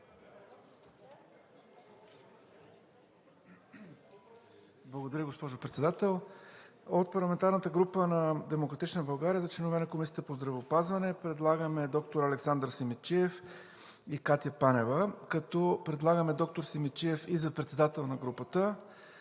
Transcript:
Благодаря, госпожо Председател. От парламентарната група на „Демократична България“ за членове на Комисията по здравеопазване предлагаме доктор Александър Симидчиев и Катя Панева, като предлагаме доктор Симидчиев и за председател на групата.